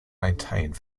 maintained